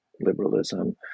liberalism